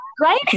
Right